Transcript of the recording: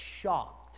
shocked